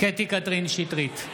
קטי קטרין שטרית,